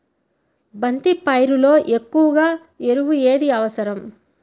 బంతి పైరులో ఎక్కువ ఎరువు ఏది అవసరం?